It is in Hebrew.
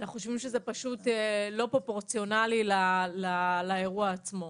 אנחנו חושבים שזה לא פרופורציונאלי לאירוע עצמו.